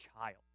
child